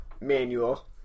manual